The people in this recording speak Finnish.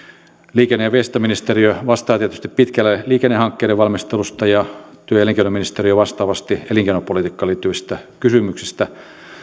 liikenne ja viestintäministeriö vastaa tietysti pitkälle liikennehankkeiden valmistelusta ja työ ja elinkeinoministeriö vastaavasti elinkeinopolitiikkaan liittyvistä kysymyksistä